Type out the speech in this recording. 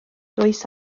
dois